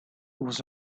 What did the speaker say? was